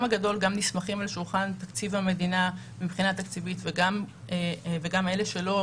הגדול גם נסמכים על שולחן תקציב המדינה מבחינה תקציבית וגם אלה שלא,